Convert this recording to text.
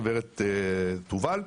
גב' תובל,